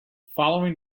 following